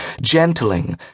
gentling